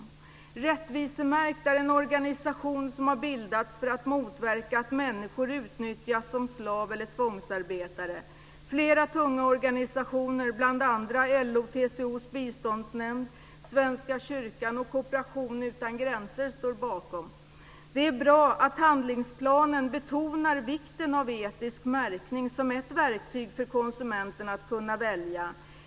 Rättvisemärkt är en organisation som har bildats för att motverka att människor utnyttjas som slav eller tvångsarbetare. Flera tunga organisationer, bl.a. LO-TCO:s biståndsnämnd, Svenska kyrkan och Kooperation utan gränser, står bakom. Det är bra att man i handlingsplanen betonar vikten av etisk märkning som ett verktyg för konsumenten att kunna välja.